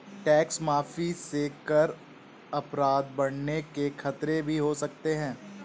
tax माफी से कर अपराध बढ़ने के खतरे भी हो सकते हैं